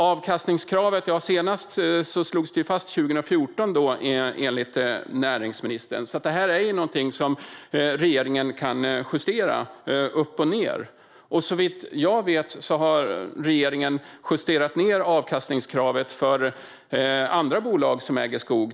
Avkastningskravet slogs fast senast 2014, enligt näringsministern. Det är något som regeringen kan justera upp och ned. Såvitt jag vet har regeringen justerat ned avkastningskravet för andra bolag som äger skog.